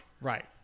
Right